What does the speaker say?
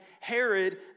Herod